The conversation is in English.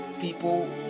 people